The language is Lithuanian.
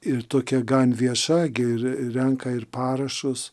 ir tokia gan vieša gi ir renka ir parašus